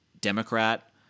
Democrat